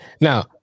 Now